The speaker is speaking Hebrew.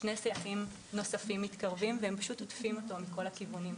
שני סייחים נוספים מתקרבים והם פשוט עוטפים אותו מכל הכיוונים.